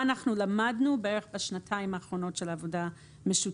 אנחנו למדנו בשנתיים האחרונות של עבודה משותפת.